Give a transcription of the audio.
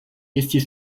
estis